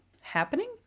happening